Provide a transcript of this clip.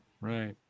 Right